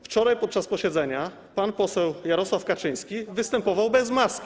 Wczoraj podczas posiedzenia pan poseł Jarosław Kaczyński występował bez maski.